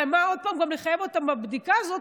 למה עוד פעם גם לחייב אותם בבדיקה הזאת,